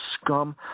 scum